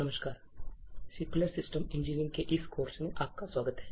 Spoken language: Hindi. नमस्कार सिक्योर सिस्टम इंजीनियरिंग के इस कोर्स में आपका स्वागत है